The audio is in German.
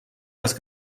das